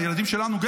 הילדים שלנו,